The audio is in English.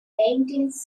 paintings